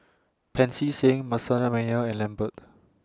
Pancy Seng Manasseh Meyer and Lambert